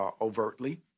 overtly